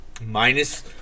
Minus